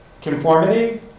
conformity